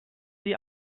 die